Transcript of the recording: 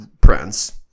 prince